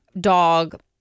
dog